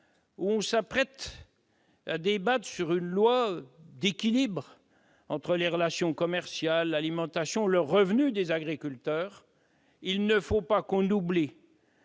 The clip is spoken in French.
où l'on s'apprête à débattre d'une loi portant sur l'équilibre entre les relations commerciales, l'alimentation et le revenu des agriculteurs, il ne faut pas oublier